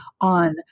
on